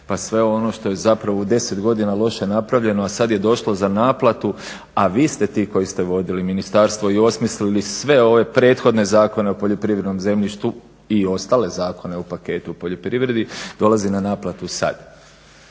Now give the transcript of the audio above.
pa sve ono što je u 10 godina loše napravljeno, a sada je došlo za naplatu, a vi ste ti koji ste vodili ministarstvo i osmislili sve ove prethodne zakone o poljoprivrednom zemljištu i ostale zakone u paketu o poljoprivredi, dolazi na naplatu sada.